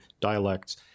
dialects